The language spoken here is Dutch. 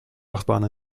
achtbaan